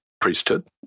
priesthood